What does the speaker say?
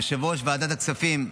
יושב-ראש ועדת הכספים.